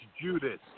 Judas